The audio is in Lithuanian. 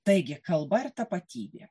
taigi kalba ir tapatybė